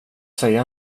säga